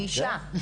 אני אישה.